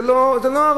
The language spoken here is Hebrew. זה לא הרבה,